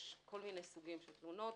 יש כל מיני סוגי תלונות.